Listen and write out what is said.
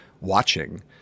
watching